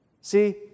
See